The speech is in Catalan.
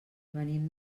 venim